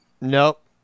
Nope